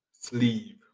sleeve